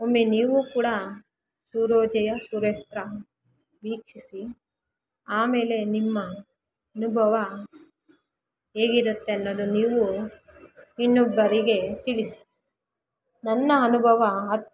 ಒಮ್ಮೆ ನೀವೂ ಕೂಡ ಸೂರ್ಯೋದಯ ಸೂರ್ಯಾಸ್ತ ವೀಕ್ಷಿಸಿ ಆಮೇಲೆ ನಿಮ್ಮ ಅನುಭವ ಹೇಗಿರತ್ತೆ ಅನ್ನೋದು ನೀವು ಇನ್ನೊಬ್ಬರಿಗೆ ತಿಳಿಸಿ ನನ್ನ ಅನುಭವ ಅತ್ತ